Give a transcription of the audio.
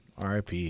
RIP